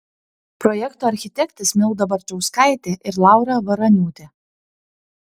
projekto architektės milda barčauskaitė ir laura varaniūtė